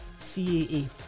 caa